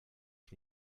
ich